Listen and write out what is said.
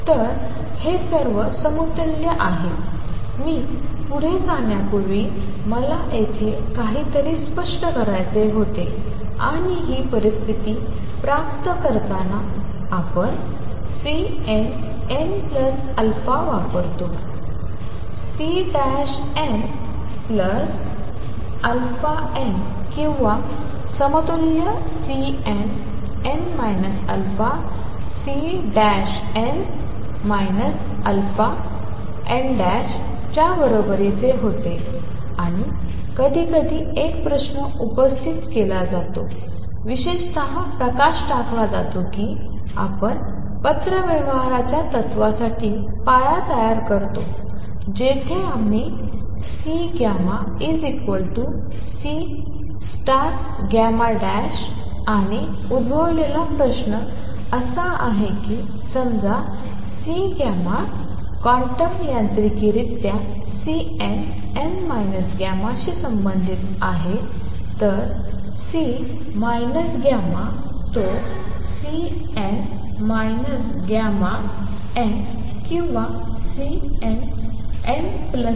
तर हे सर्व समतुल्य आहेत मी पुढे जाण्यापूर्वी मला येथे काहीतरी स्पष्ट करायचे होते आणि ही परिस्थिती प्राप्त करताना आम्ही Cnnαवापरतो Cnαn किंवा समतुल्यCnn α Cn αn च्या बरोबरीचे होते आणि कधीकधी एक प्रश्न उपस्थित केला जातो विशेषत प्रकाश टाकला जातो की आपण पत्रव्यवहाराच्या तत्त्वासाठी पाया तयार करतो जिथे आम्ही CC τ आणि उद्भवलेला प्रश्न प्रश्न असा आहे की समजा C τ क्वांटम यांत्रिकरित्या Cnn τशी संबंधित आहे तर C τ तो Cn τn किंवा Cnnτ असावा